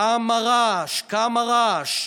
כמה רעש, כמה רעש.